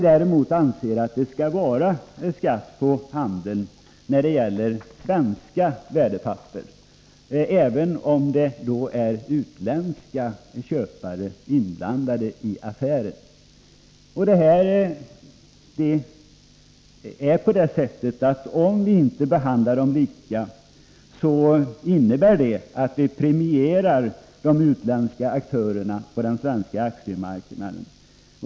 Däremot skall omsättningsskatt utgå vid handel med svenska värdepapper, även om det är utländska köpare inblandade i affären. Om vi inte skulle behandla utländska köpare på detta sätt, skulle det innebära att vi premierar de utländska aktörerna på den svenska aktiemark naden.